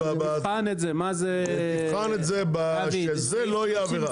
נבחן את זה, שזה לא יהיה עבירה.